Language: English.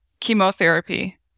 Chemotherapy